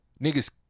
niggas